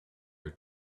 your